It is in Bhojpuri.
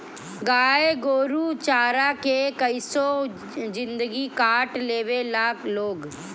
गाय गोरु चारा के कइसो जिन्दगी काट लेवे ला लोग